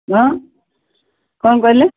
ହଁ କ'ଣ କହିଲେ